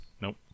Nope